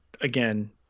again